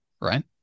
right